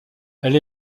elle